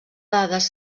dades